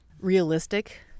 realistic